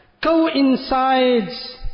coincides